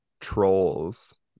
trolls